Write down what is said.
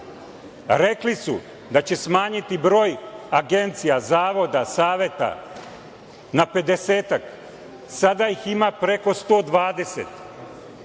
Rekli su da će smanjiti broj agencija, zavoda, saveta na pedesetak, sada ih ima preko 120.